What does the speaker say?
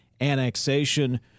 annexation